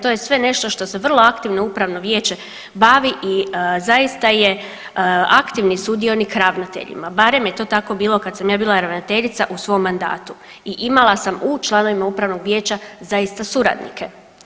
To je sve nešto što se vrlo aktivno upravno vijeće bavi i zaista je aktivni sudionik ravnateljima barem je to tako bilo kad sam ja bila ravnateljica u svom mandatu i imala sam u članovima upravnog vijeća zaista suradnike.